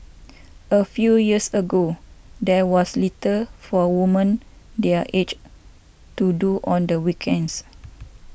a few years ago there was little for woman their age to do on the weekends